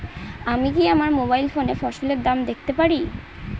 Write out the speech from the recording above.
আমি কি আমার মোবাইল ফোনে ফসলের দাম দেখতে পারি?